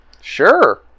sure